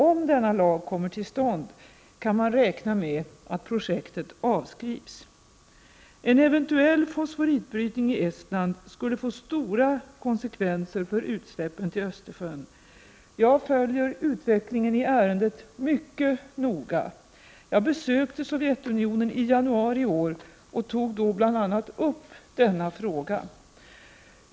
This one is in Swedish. Om denna lag kommer till stånd kan man räkna med att projektet avskrivs. En eventuell fosforitbrytning i Estland skulle få stora konsekvenser för utsläppen till Östersjön. Jag följer utvecklingen i ärendet mycket noga. Jag besökte Sovjetunionen i januari i år och tog då bl.a. upp denna fråga.